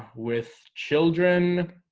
with children